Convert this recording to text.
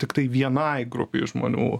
tiktai vienai grupei žmonių